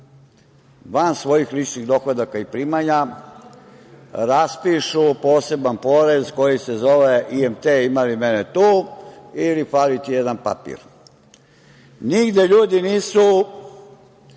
van svojih ličnih dohodaka i primanja raspišu poseban porez koji se zove – IMT – ima li mene tu, ili fali ti jedan papir. Nigde ljudi nisu